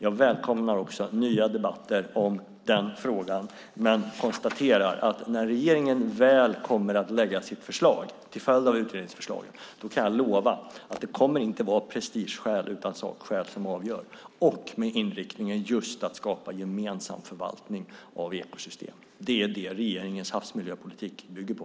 Jag välkomnar nya debatter om den frågan. När regeringen väl kommer att lägga sitt förslag till följd av utredningsförslaget kan jag lova att det inte kommer att vara prestigeskäl utan sakskäl som avgör. Förslaget ska ha inriktningen att skapa en gemensam förvaltning av ekosystemet. Det är det regeringens havsmiljöpolitik bygger på.